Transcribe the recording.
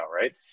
right